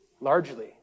largely